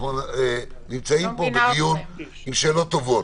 אנחנו נמצאים פה בדיון עם שאלות טובות.